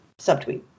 subtweet